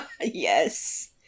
yes